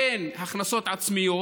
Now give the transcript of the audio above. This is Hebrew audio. אין הכנסות עצמיות,